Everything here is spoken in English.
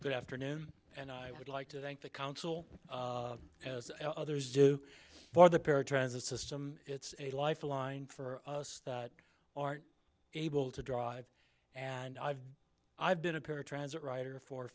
good afternoon and i would like to thank the council as others do for the para transit system it's a lifeline for us they are able to drive and i've i've been a paratransit writer for